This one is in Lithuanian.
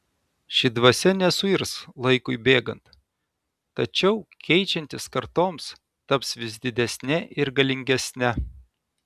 ši dvasia nesuirs laikui bėgant tačiau keičiantis kartoms taps vis didesne ir galingesne